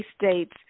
states